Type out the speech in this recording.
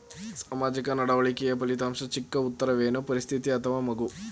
ಸಾಮಾಜಿಕ ನಡವಳಿಕೆಯ ಫಲಿತಾಂಶಕ್ಕೆ ಚಿಕ್ಕ ಉತ್ತರವೇನು? ಪರಿಸ್ಥಿತಿ ಅಥವಾ ಮಗು?